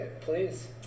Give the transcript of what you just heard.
Please